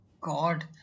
God